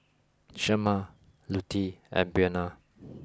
Shemar Lutie and Buena